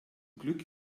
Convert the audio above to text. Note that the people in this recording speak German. glück